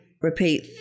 repeat